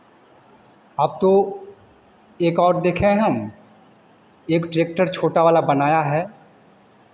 अब तो एक और देखे हैं हम एक ट्रैक्टर छोटा वाला बनाया है